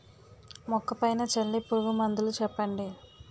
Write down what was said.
మొక్క పైన చల్లే పురుగు మందులు చెప్పండి?